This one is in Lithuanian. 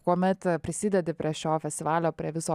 kuomet prisidedi prie šio festivalio prie viso